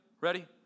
Ready